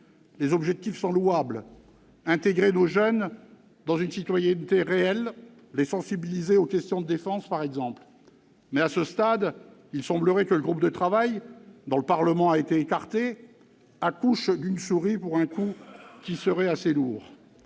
Les objectifs sont louables : intégrer nos jeunes dans une citoyenneté réelle, les sensibiliser aux questions de défense, par exemple. Mais, à ce stade, il semblerait que le groupe de travail, dont le Parlement a été écarté, accouche d'une souris, pour un coût en revanche assez lourd